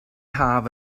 haf